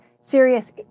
serious